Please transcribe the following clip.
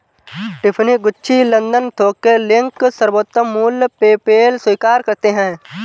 Tiffany, Gucci, London थोक के link, सर्वोत्तम मूल्य, पेपैल स्वीकार करते है